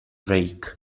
drake